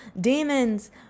demons